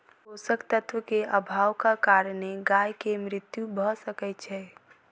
पोषक तत्व के अभावक कारणेँ गाय के मृत्यु भअ सकै छै